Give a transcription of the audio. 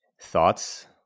Thoughts